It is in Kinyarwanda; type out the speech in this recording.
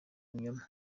ibinyoma